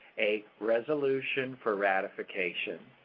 a resolution for ratification.